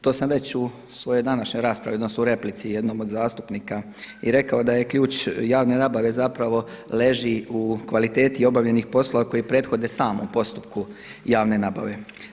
To sam već u svojoj današnjoj raspravi, odnosno u replici jednom o zastupnika i rekao da ključ javne nabave zapravo leži u kvaliteti obavljenih poslova koji prethode samom postupku javne nabave.